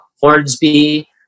Hornsby